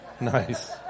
Nice